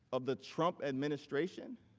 of the trump administration